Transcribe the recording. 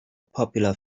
popular